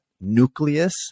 nucleus